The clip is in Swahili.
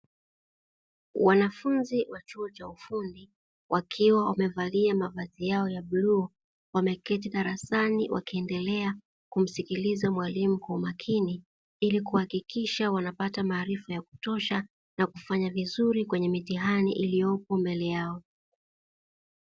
Wanafunzi wa chuo cha ufundi wakiwa wamevalia mavazi yao ya bluu, wameketi darasani wakiendelea kumsikiliza mwalimu kwa umakini, ili kuhakikisha wanapata maarifa ya kutosha na kufanya vizuri kwenye mitihani iliyopo mbele yao.